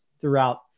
throughout